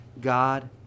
God